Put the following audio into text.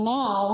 now